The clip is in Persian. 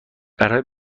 برای